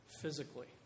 physically